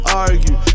argue